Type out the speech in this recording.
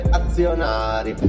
azionari